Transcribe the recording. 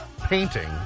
painting